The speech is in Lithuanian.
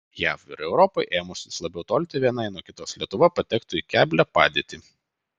jav ir europai ėmus vis labiau tolti viena nuo kitos lietuva patektų į keblią padėtį